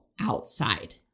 outside